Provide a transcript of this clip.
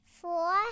Four